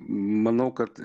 manau kad